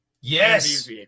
Yes